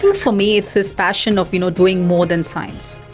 for me it's his passion of you know doing more than science.